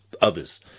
others